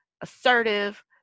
assertive